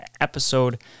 episode